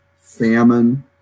famine